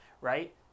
right